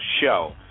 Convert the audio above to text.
Show